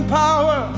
power